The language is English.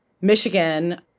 Michigan